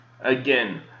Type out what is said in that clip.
again